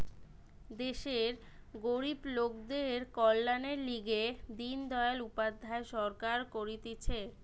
দেশের গরিব লোকদের কল্যাণের লিগে দিন দয়াল উপাধ্যায় সরকার করতিছে